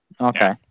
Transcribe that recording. Okay